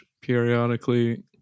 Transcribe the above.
periodically